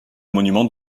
monument